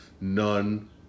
None